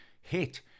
hit